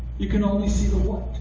you can only see the what.